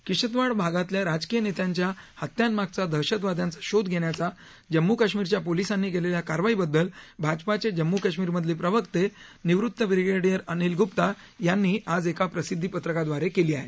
किश्तवाड भागातल्या राजकीय नेत्यांच्या हत्यांमागच्या दहशतवादयांचा शोध घेण्याचा जम्म काश्मीरमधल्या पोलिसांनी केलेल्या कारवाईबददल भाजपाचे जम्मू काश्मीरमधले प्रवक्ते निवृत ब्रिगेडिअर अनील गुप्ता यांनी आज एका प्रसिद्धी पत्रकारद्वारे केली आहे